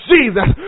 Jesus